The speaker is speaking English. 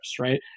right